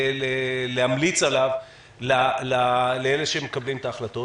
להמליץ עליו לאלה שמקבלים את ההחלטות,